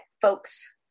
folks